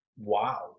Wow